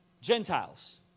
Gentiles